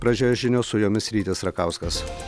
pradžioje žinios su jomis rytis rakauskas